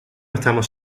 estamos